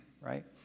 right